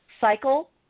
cycle